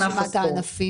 איפה רשימת הענפים?